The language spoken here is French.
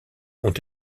ont